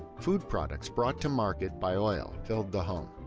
food products brought to market by oil filled the home.